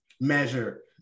measure